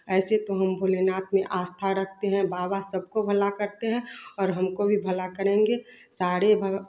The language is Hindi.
ऐसे तो हम भोलेनाथ में आस्था रखते हैं बाबा सबका भला करते हैं और हमको भी भला करेंगे सारे भगवान